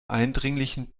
eindringlichen